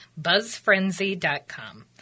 BuzzFrenzy.com